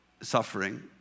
suffering